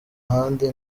ahandi